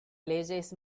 leyes